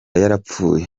yarapfuye